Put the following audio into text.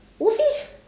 woofie